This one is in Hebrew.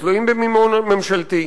תלויים במימון ממשלתי.